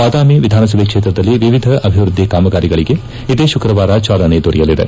ಬಾದಾಮಿ ವಿಧಾನಸಭೆ ಕ್ಷೇತ್ರದಲ್ಲಿ ವಿವಿಧ ಅಭಿವೃದ್ದಿ ಕಾಮಗಾರಿಗಳಿಗೆ ಇದೇ ಶುಕ್ರವಾರ ಚಾಲನೆ ದೊರೆಯಲಿದೆ